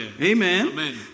amen